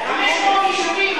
500 יישובים,